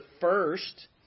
first